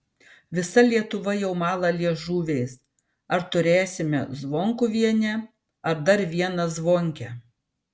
visa lietuva jau mala liežuviais ar turėsime zvonkuvienę ar dar vieną zvonkę